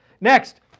Next